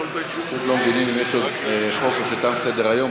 פשוט לא מבינים אם יש עוד חוק או שתם סדר-היום,